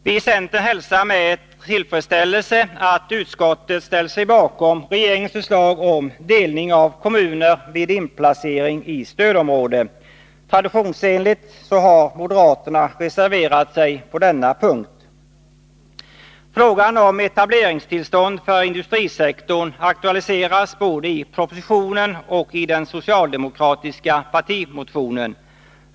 Vi i centern hälsar med tillfredsställelse att utskottet ställt sig bakom regeringens förslag om delning av kommuner vid inplacering i stödområde. Traditionsenligt har moderaterna reserverat sig på denna punkt. Frågan om etableringstillstånd för industrisektorn aktualiseras både i propositionen och i den socialdemokratiska partimotionen.